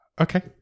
Okay